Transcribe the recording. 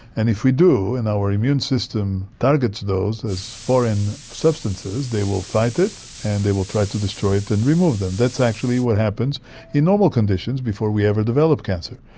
and if we do and our immune system targets those as foreign substances they will fight it and they will try to destroy it and remove them. that's actually what happens in normal conditions before we ever develop cancer.